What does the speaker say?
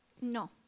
No